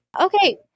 Okay